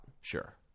Sure